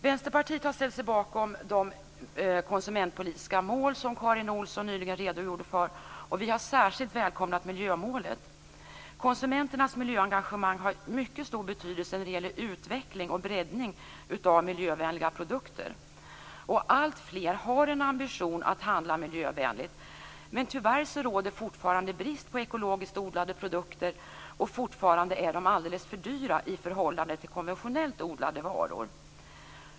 Vänsterpartiet har ställt sig bakom de konsumentpolitiska mål som Karin Olsson nyligen redogjorde för. Vi har särskilt välkomnat miljömålet. Konsumenternas miljöengagemang har mycket stor betydelse när det gäller utveckling och breddning av miljövänliga produkter. Alltfler har en ambition att handla miljövänligt, men tyvärr råder fortfarande brist på ekologiskt odlade produkter, och de är fortfarande alldeles för dyra i förhållande till konventionellt odlade varor.